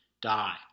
die